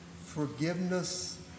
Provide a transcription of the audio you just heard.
Forgiveness